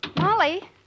Molly